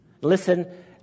Listen